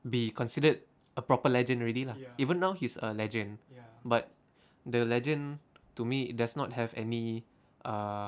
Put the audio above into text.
be considered a proper legend already lah even now he's a legend but the legend to me does not have any uh